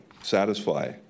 satisfy